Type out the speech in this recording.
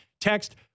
Text